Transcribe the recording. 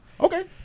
okay